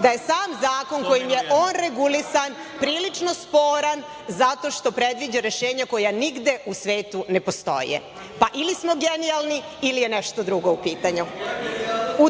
da je sam zakon kojim je on regulisan prilično sporan, zato što predviđa rešenja koja nigde u svetu ne postoje, pa ili smo genijalni ili je nešto drugo u pitanju.